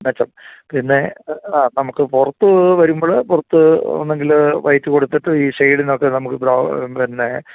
മെച്ചം പിന്നെ ആ നമുക്ക് പുറത്ത് വരുമ്പോൾ പുറത്ത് ഒന്നെങ്കിൽ വൈറ്റ് കൊടുത്തിട്ട് ഈ ഷെഡിനാത്ത് നമുക്ക് പിന്നെ